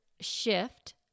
shift